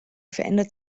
verändert